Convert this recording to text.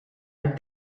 did